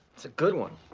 it's a good one.